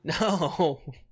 No